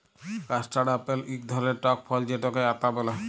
custard apple ইক ধরলের টক ফল যেটকে আতা ব্যলে